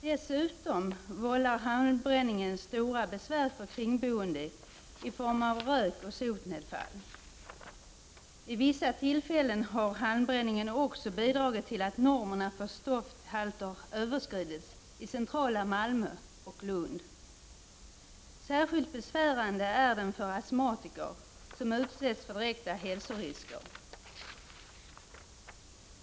Dessutom vållar halmbränningen stora besvär för kringboende i form av rök och sotnedfall. Vid vissa tillfällen har halmbränningen också bidragit till att normerna för stofthalter överskridits i centrala Malmö och Lund. Särskilt besvärande är den för astmatiker som utsätts för direkta hälsorisker.